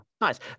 nice